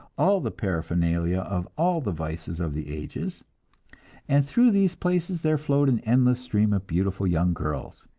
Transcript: all the paraphernalia of all the vices of the ages and through these places there flowed an endless stream of beautiful young girls.